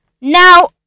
Now